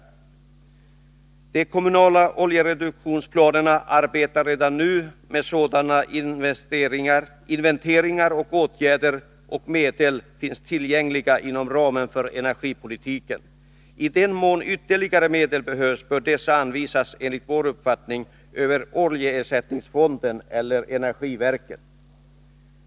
I de kommunala oljereduktionsplanerna arbetar man redan nu med sådana inventeringar och åtgärder som föreslås, och medel finns tillgängliga inom ramen för energipolitiken. I den mån ytterligare medel behövs bör dessa enligt vår uppfattning anvisas över oljeersättningsfonden eller energiverket.